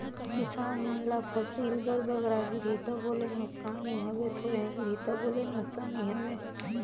किसान मन ल फसिल बर बगरा गिरही तबो ले नोसकानी हवे, थोरहें गिरही तबो ले नोसकानी हवे